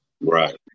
right